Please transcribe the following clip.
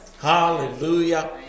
Hallelujah